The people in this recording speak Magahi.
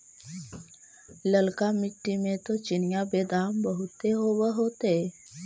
ललका मिट्टी मे तो चिनिआबेदमां बहुते होब होतय?